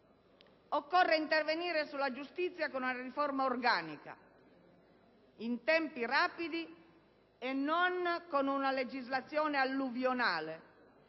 «Occorre intervenire sulla giustizia con una riforma organica in tempi rapidi e non con una legislazione alluvionale,